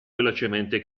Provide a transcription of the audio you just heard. velocemente